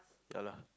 ya lah